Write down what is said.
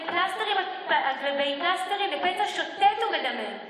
פלסטרים על גבי פלסטרים לפצע שותת ומדמם.